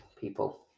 people